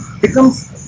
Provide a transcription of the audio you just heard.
becomes